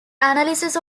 analysis